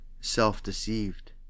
self-deceived